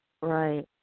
Right